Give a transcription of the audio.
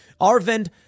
Arvind